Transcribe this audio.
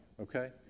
okay